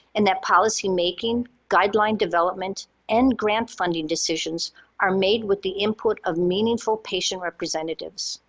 and that policy-making guideline development and grant funding decisions are made with the input of meaningful patient representatives.